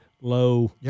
low